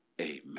Amen